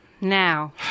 Now